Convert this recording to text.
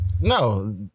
No